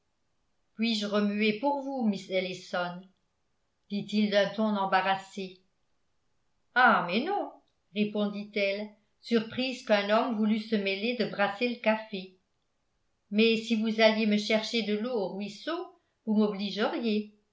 puis-je remuer pour vous miss ellison dit-il d'un ton embarrassé ah mais non répondit-elle surprise qu'un homme voulût se mêler de brasser le café mais si vous alliez me cherchez de l'eau au ruisseau vous